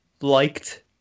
liked